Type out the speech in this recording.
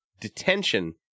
detention